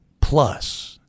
plus